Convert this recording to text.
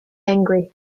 angry